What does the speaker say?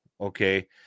Okay